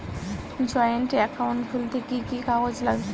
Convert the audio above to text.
Joint account খুলতে কি কি কাগজ লাগবে?